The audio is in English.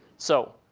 so,